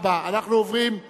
36 בעד, בצירוף קולו של